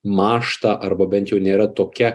mąžta arba bent jau nėra tokia